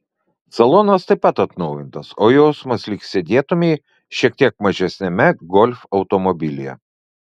salonas taip pat atnaujintas o jausmas lyg sėdėtumei šiek tiek mažesniame golf automobilyje